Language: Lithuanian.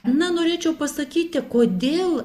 na norėčiau pasakyti kodėl